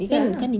ya lah